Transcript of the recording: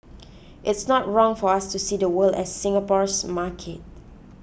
it's not wrong for us to see the world as Singapore's market